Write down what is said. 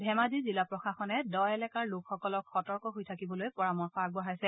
ধেমাজি জিলা প্ৰশাসনে দ এলেকাৰ লোকসকলক সতৰ্ক হৈ থাকিবলৈ পৰামৰ্শ আগবঢ়াইছে